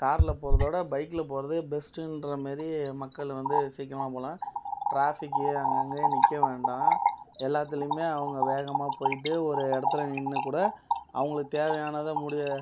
காரில் போகிறதோட பைக்கில் போவது பெஸ்ட்டுகிற மாரி மக்கள் வந்து சீக்கிரமா போகலாம் ட்ராஃபிக் அங்கங்கே நிற்க வேண்டாம் எல்லாத்துலேயுமே அவங்க வேகமாக போய்ட்டு ஒரு இடத்துல நின்று கூட அவங்களுக்கு தேவையானதை முடு